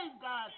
God